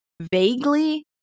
vaguely